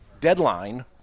deadline